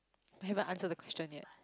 you haven't answered the question yet